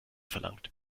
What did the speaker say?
verlangt